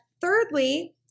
Thirdly